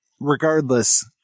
regardless